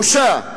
בושה,